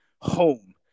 home